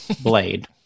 Blade